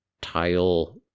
tile